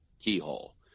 keyhole